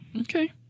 Okay